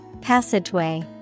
Passageway